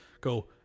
go